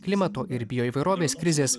klimato ir bioįvairovės krizės